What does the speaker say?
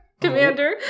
commander